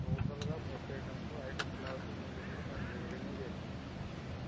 టోటల్గా fresh items items లేకపోతే ఇమీడియట్గా మేము రిమూవ్ చేస్తాము